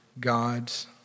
God's